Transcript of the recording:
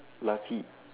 lucky